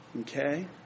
Okay